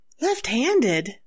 Left-handed